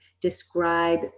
describe